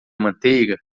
manteiga